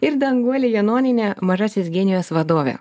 ir danguolė janonienė mažasis genijus vadovė